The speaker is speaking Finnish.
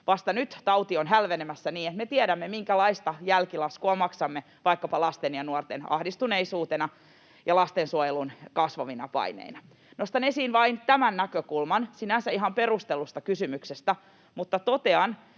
Vasta nyt tauti on hälvenemässä niin, että me tiedämme, minkälaista jälkilaskua maksamme vaikkapa lasten ja nuorten ahdistuneisuutena ja lastensuojelun kasvavina paineina. Nostan esiin vain tämän näkökulman sinänsä ihan perustellusta kysymyksestä, mutta totean,